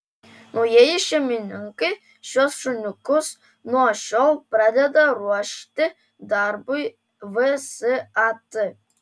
naujieji šeimininkai šiuos šuniukus nuo šiol pradeda ruošti darbui vsat